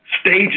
stages